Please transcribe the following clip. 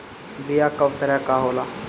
बीया कव तरह क होला?